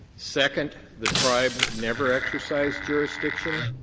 second, the tribe never exercised jurisdiction.